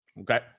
okay